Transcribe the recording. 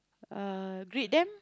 uh greet them